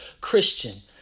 Christian